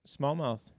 smallmouth